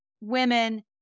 women